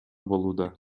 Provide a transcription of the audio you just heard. болууда